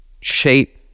shape